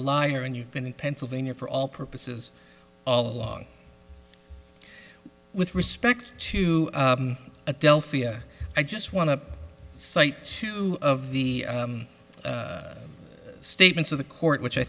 a liar and you've been in pennsylvania for all purposes all along with respect to adelphia i just want to cite two of the statements of the court which i